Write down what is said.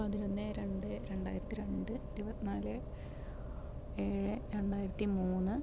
പതിനൊന്ന് രണ്ട് രണ്ടായിരത്തി രണ്ട് ഇരുപത്തി നാല് ഏഴ് രണ്ടായിരത്തി മൂന്ന്